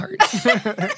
heart